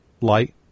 light